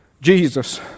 Jesus